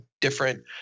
different